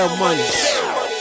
money